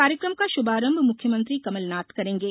कार्यकम का शुभारंभ मुख्यमंत्री कमलनाथ करेंगे